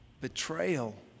Betrayal